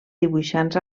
dibuixants